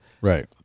Right